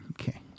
okay